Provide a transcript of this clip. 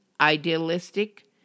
idealistic